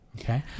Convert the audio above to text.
Okay